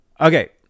okay